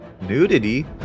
nudity